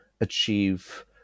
achieve